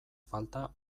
falta